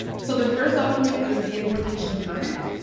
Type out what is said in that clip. so the first document is the importation permit.